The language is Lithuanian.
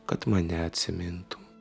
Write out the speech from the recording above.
kad mane atsimintum